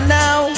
now